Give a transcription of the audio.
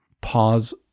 Pause